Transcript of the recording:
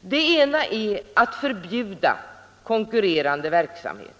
Det ena är att förbjuda konkurrerande verksamhet.